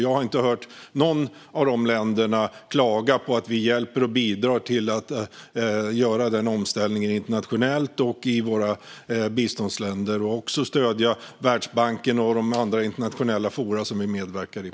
Jag har inte hört några av dessa länder klaga på att vi hjälper till och bidrar till att göra denna omställning internationellt och i våra biståndsländer och att vi stöder Världsbanken och de andra internationella forum vi medverkar i.